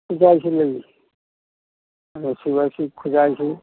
ꯈꯨꯖꯥꯏꯁꯨ ꯂꯩ ꯈꯨꯖꯥꯏꯁꯨ